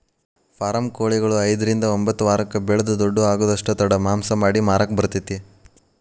form ಕೊಳಿಗಳು ಐದ್ರಿಂದ ಒಂಬತ್ತ ವಾರಕ್ಕ ಬೆಳಿದ ದೊಡ್ಡು ಆಗುದಷ್ಟ ತಡ ಮಾಂಸ ಮಾಡಿ ಮಾರಾಕ ಬರತೇತಿ